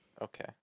Okay